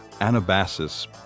Anabasis